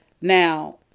Now